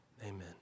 amen